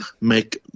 make